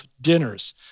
dinners